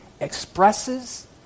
expresses